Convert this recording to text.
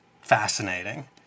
fascinating